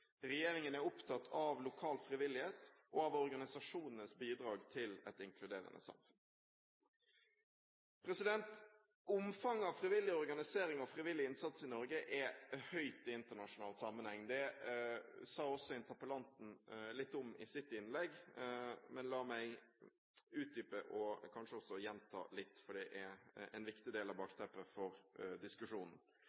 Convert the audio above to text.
Regjeringen er opptatt av lokal frivillighet og av organisasjonenes bidrag til et inkluderende samfunn. Omfanget av frivillig organisering og frivillig innsats i Norge er høyt i internasjonal sammenheng. Det sa også interpellanten litt om i sitt innlegg, men la meg utdype og kanskje også gjenta litt, for det er en viktig del av